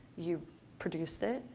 you produced it.